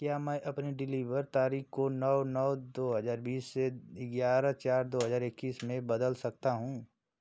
क्या मैं अपनी डिलीवर तारीख को नौ नौ दो हज़ार बीस से ग्यारह चार दो हज़ार इक्कीस में बदल सकता हूँ